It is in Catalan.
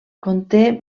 conté